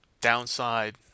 downside